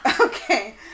Okay